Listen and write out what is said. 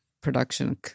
production